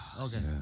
Okay